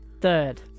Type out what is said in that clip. Third